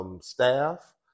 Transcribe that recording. Staff